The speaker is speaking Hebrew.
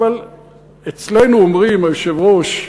אצלנו אומרים, היושב-ראש,